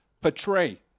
portray